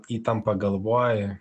įtampa galvoj